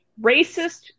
Racist